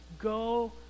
go